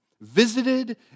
Visited